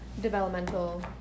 developmental